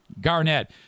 Garnett